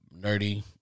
nerdy